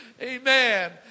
Amen